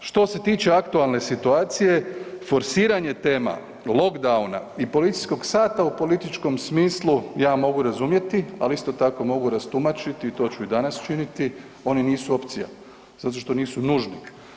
Što se tiče aktualne situacije, forsiranje tema, lockdowna i policijskog sata u političkom smislu, ja mogu razumjeti, ali isto tako, mogu rastumačiti i to ću i danas činiti, oni nisu opcija, zato što nisu nužni.